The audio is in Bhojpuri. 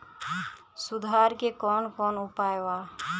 सुधार के कौन कौन उपाय वा?